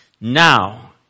now